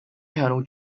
colonel